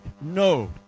No